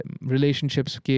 relationships